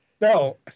No